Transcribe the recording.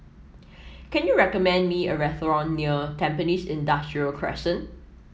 can you recommend me a restaurant near Tampines Industrial Crescent